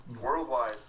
Worldwide